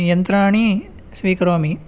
यन्त्राणि स्वीकरोमि